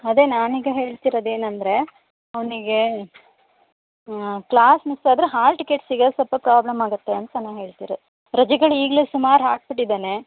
ಅದೆ ನಾನೀಗ ಹೇಳ್ತಿರೋದು ಏನೆಂದ್ರೆ ಅವನಿಗೆ ಕ್ಲಾಸ್ ಮಿಸ್ ಆದರೆ ಹಾಲ್ ಟಿಕೆಟ್ ಸಿಗದು ಸ್ವಲ್ಪ ಪ್ರಾಬ್ಲಮ್ ಆಗುತ್ತೆ ಅಂತ ನಾ ಹೇಳ್ತಿರೋದು ರಜೆಗಳು ಈಗಲೆ ಸುಮಾರು ಹಾಕ್ಬಿಟ್ಟಿದ್ದಾನೆ